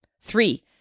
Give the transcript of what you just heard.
Three